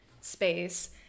space